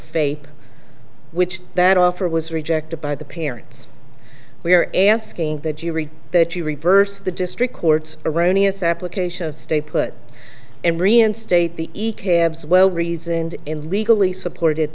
faith which that offer was rejected by the parents we are asking that you read that you reverse the district court's erroneous application of stay put and reinstate the abs well reasoned and legally supported